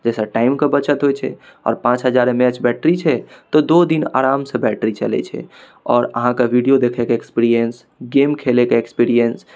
जाहिसँ टाइमके बचत होइ छै आओर पाँच हजार एम ए एच बैटरी छै तऽ दुइ दिन आरामसँ बैटरी चलै छै आओर अहाँके वीडिओ देखैके एक्सपीरिएन्स गेम खेलैके एक्सपीरिएन्स